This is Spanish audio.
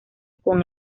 con